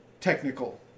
technical